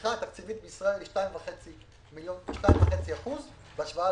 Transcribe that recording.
שהתמיכה התקציבית בישראל היא 2.5% בהשוואה